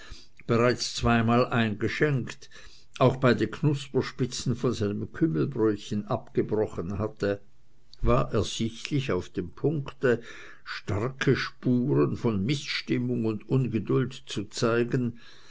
bereits zweimal eingeschenkt auch beide knusperspitzen von seinem kümmelbrötchen abgebrochen hatte war ersichtlich auf dem punkte starke spuren von mißstimmung und ungeduld zu zeigen